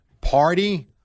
Party